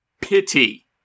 Pity